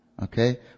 Okay